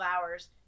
hours